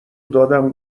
دادم